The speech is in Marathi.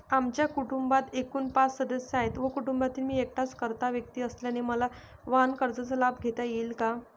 आमच्या कुटुंबात एकूण पाच सदस्य आहेत व कुटुंबात मी एकटाच कर्ता व्यक्ती असल्याने मला वाहनकर्जाचा लाभ घेता येईल का?